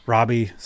Robbie